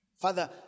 Father